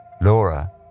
Laura